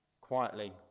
quietly